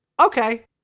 okay